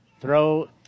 Throw